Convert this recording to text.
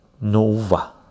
Nova